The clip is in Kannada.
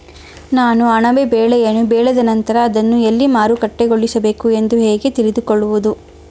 ನಾನು ಅಣಬೆ ಬೆಳೆಯನ್ನು ಬೆಳೆದ ನಂತರ ಅದನ್ನು ಎಲ್ಲಿ ಮಾರುಕಟ್ಟೆಗೊಳಿಸಬೇಕು ಎಂದು ಹೇಗೆ ತಿಳಿದುಕೊಳ್ಳುವುದು?